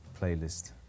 playlist